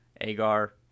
Agar